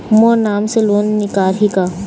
मोर नाम से लोन निकारिही का?